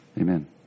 Amen